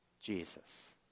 Jesus